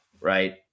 right